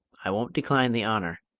i won't decline the honour.